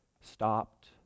stopped